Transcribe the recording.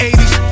80s